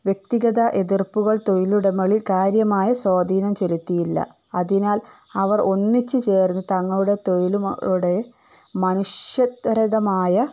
വ്യക്തിഗത എതിർപ്പുകൾ തൊഴിലുടമകളിൽ കാര്യമായ സ്വാധീനം ചെലുത്തിയില്ല അതിനാൽ അവർ ഒന്നിച്ച് ചേർന്ന് തങ്ങുടെ തൊഴിലിലൂടെ മനുഷ്യത്വരഹിതമായ